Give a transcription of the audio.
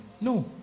No